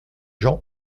gens